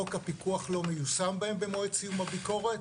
חוק הפיקוח לא מיושם בהם במועד סיום הביקורת.